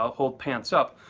ah hold pants up.